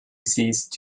ceased